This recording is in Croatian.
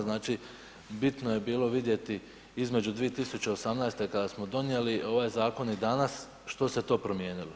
Znači, bitno je bilo vidjeti između 2018. kada smo donijeli ovaj zakon i danas što se to promijenilo.